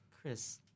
Chris